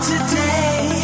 Today